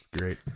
Great